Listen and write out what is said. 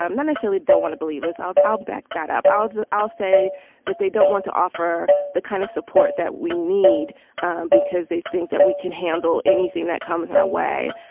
um not necessarily. don't want to believe is. i'll i'll back that up. i'll just i'll say that they don't want to offer the kind of support that we need because they think that we can handle anything that comes our way.